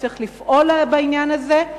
צריך לפעול בעניין הזה,